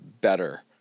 better